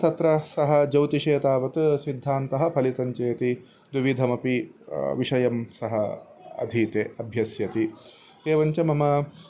तत्र सः ज्योतिषं तावत् सिद्धान्तः फलितं चेति द्विविधमपि विषयं सः अधीते अभ्यस्यति एवञ्च मम